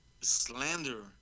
slander